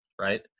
right